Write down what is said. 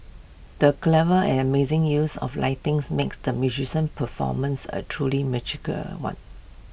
the clever and amazing use of lighting's makes the musician performance A truly magical one